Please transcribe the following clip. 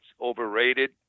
overrated